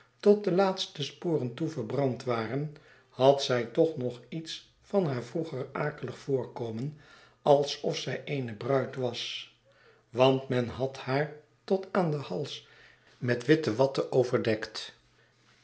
tot de laatste sporen toe verbrand waren had zij toch nog iets van haar vroeger akelig voorkomen alsof zij eene bruid was want men had haar tot aan den hals met witte watten overdekt